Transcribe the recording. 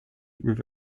with